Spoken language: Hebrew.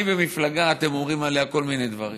אני במפלגה שאתם אומרים עליה כל מיני דברים.